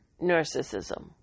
narcissism